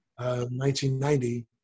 1990